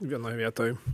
vienoj vietoj